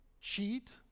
cheat